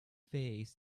phase